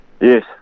Yes